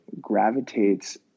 gravitates